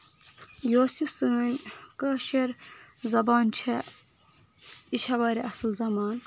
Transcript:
یۄس یہِ سٲنۍ کٲشِر زَبان چھےٚ یہِ چھےٚ واریاہ اَصٕل زَبان